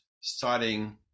starting